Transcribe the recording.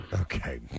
Okay